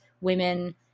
women